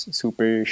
super